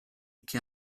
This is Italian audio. che